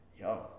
yo